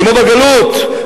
כמו בגלות,